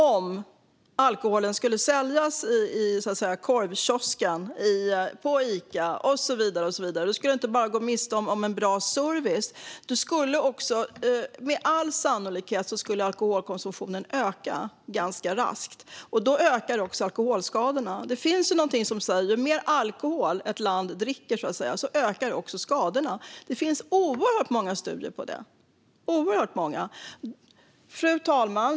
Om alkoholen skulle säljas i korvkiosken, på Ica och så vidare skulle vi inte bara gå miste om en bra service. Med all sannolikhet skulle alkoholkonsumtionen också öka ganska raskt. Då ökar också alkoholskadorna. Det finns någonting som säger att ju mer alkoholhaltiga drycker ett land dricker, desto mer ökar också skadorna. Det finns oerhört många studier som visar detta. Fru talman!